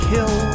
Kill